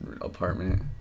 apartment